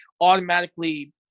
automatically